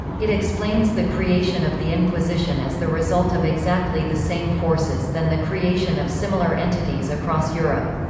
it explains the creation of the inquisition as the result of exactly the same forces than the creation of similar entities across europe.